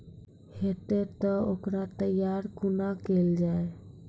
हेतै तअ ओकर तैयारी कुना केल जाय?